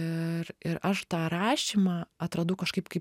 ir ir aš tą rašymą atradau kažkaip kaip